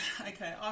Okay